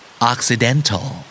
Occidental